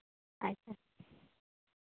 ᱟᱪᱪᱷᱟ